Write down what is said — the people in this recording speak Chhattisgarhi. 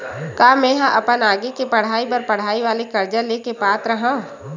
का मेंहा अपन आगे के पढई बर पढई वाले कर्जा ले के पात्र हव?